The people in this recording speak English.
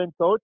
coach